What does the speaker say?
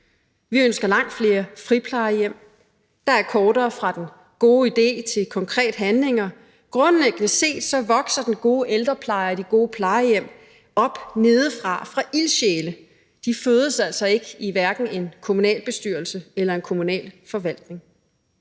Vi ønsker langt flere friplejehjem. Dér er der kortere fra den gode idé til konkrete handlinger. Grundlæggende set vokser den gode ældrepleje og de gode plejehjem op nedefra på grund af ildsjæle. De fødes altså hverken i en kommunalbestyrelse eller i en kommunal forvaltning.